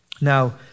Now